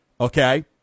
okay